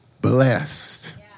blessed